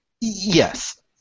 Yes